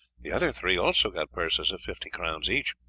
the other three also got purses of fifty crowns each.